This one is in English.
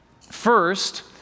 First